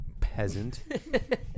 peasant